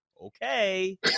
Okay